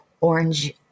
orange